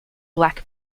black